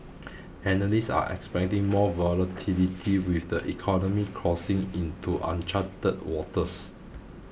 analysts are expecting more volatility with the economy crossing into uncharted waters